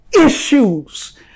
issues